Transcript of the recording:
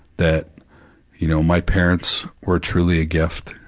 that you know, my parents were truly a gift.